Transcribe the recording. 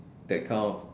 that kind of